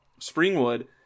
Springwood